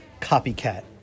copycat